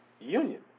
Union